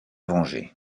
venger